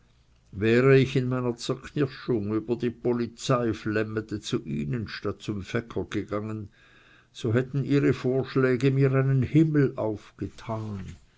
wäre ich in meiner zerknirschung über die polizeiflemmete zu ihnen statt zum fecker gegangen so hätten ihre vorschläge mir einen himmel aufgetan